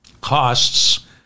costs